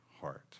heart